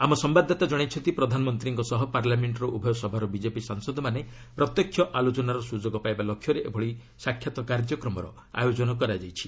ଆମ ସମ୍ଭାଦଦାତା ଜଣାଇଛନ୍ତି ପ୍ରଧାନମନ୍ତ୍ରୀଙ୍କ ସହ ପାର୍ଲାମେଣ୍ଟର ଉଭୟ ସଭାର ବିକେପି ସାଂସଦମାନେ ପ୍ରତ୍ୟକ୍ଷ ଆଲୋଚନାର ସୁଯୋଗ ପାଇବା ଲକ୍ଷ୍ୟରେ ଏଭଳି ସାକ୍ଷାତ୍ କାର୍ଯ୍ୟକ୍ରମର ଆୟୋଜନ କରାଯାଇଛି